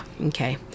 Okay